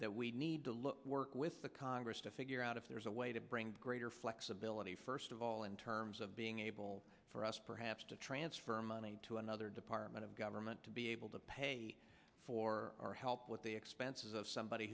that we need to look work with the congress to figure out if there's a way to bring greater flexibility first of all in terms of being able for us perhaps to transfer money to another department of government to be able to pay for our help with the expenses of somebody